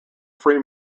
free